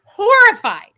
Horrified